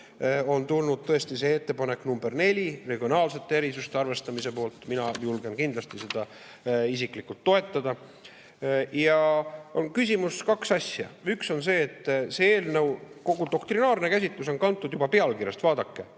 tõesti, see ettepanek nr 4 regionaalsete erisuste arvestamise kohta. Mina julgen kindlasti seda isiklikult toetada. Küsimuseks on kaks asja. Üks on see, et selle eelnõu kogu doktrinaarne käsitus on kantud juba pealkirjast. Vaadake,